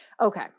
Okay